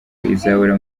izahura